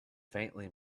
faintly